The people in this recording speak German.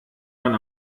man